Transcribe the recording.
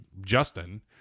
Justin